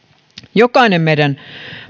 jokainen meidän